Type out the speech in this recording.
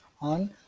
on